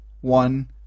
one